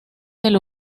del